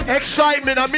excitement